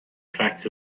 facts